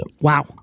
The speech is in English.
Wow